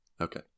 Okay